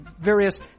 various